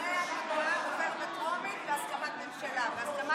שאחרי הפגרה זה עובר בטרומית, בהסכמת הממשלה.